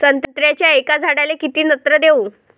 संत्र्याच्या एका झाडाले किती नत्र देऊ?